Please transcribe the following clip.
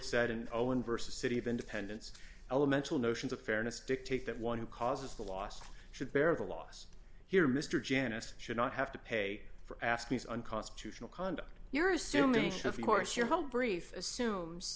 said in owen versus city of independence elemental notions of fairness dictate that one who causes the last should bear the loss here mr janice should not have to pay for asking is unconstitutional conduct your assuming of course your home brief assumes